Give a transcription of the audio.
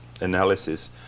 analysis